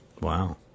Wow